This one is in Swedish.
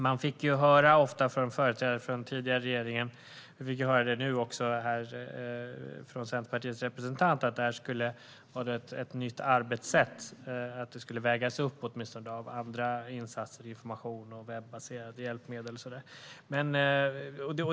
Man fick ofta höra från företrädare för den tidigare regeringen - vi fick höra det nu också från Centerpartiets representant - att det här skulle vara ett nytt arbetssätt och att neddragningarna skulle vägas upp av andra insatser, som information, webbaserade hjälpmedel och så vidare.